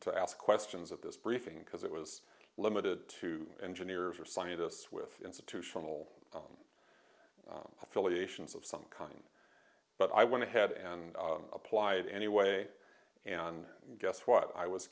to ask questions at this briefing because it was limited to engineers or scientists with institutional affiliations of some kind but i want to head and i applied anyway and guess what i was